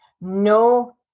No